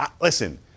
Listen